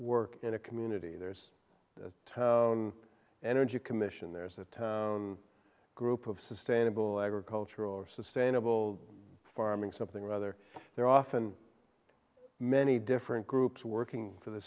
work in a community there's a town energy commission there's a group of sustainable agricultural or sustainable farming something rather there often many different groups working for the